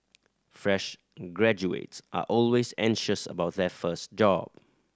fresh graduates are always anxious about their first job